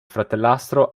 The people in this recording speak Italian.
fratellastro